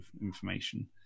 information